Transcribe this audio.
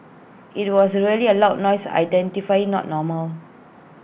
IT was A really A loud noise identify not normal